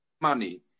money